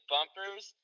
Bumpers